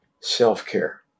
self-care